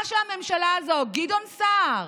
מה שהממשלה הזו, גדעון סער,